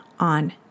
On